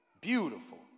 Beautiful